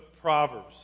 Proverbs